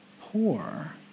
poor